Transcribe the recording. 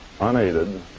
unaided